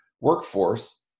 workforce